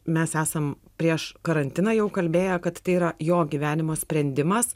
mes esam prieš karantiną jau kalbėjo kad tai yra jo gyvenimo sprendimas